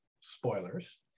spoilers